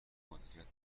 مدیریت